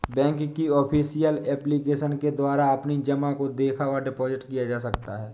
bank की official application के द्वारा अपनी जमा को देखा व डिपॉजिट किए जा सकते हैं